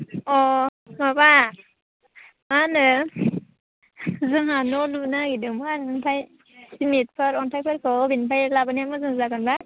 अ माबा मा होनो जोंहा न' लुनो नागिरदोंमोन ओमफ्राय जिनिसफोर अन्थाइफोरखौ बबेनिफ्राय लाबोनाया मोजां जागोनबा